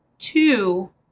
two